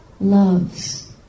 loves